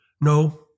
No